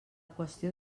qüestió